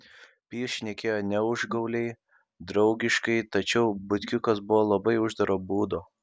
pijus šnekėjo ne užgauliai draugiškai tačiau butkiukas buvo labai uždaro būdo